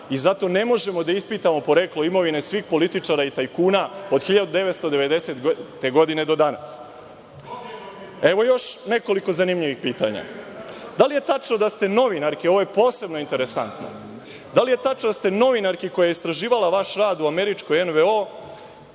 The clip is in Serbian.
i zato ne možemo da ispitamo poreklo imovine svih političara i tajkuna od 1990. godine do danas. Evo još nekoliko zanimljivih pitanja. Da li je tačno da ste novinarki, ovo je posebno interesantno, koja je istraživala vaš rad u američkoj NVO,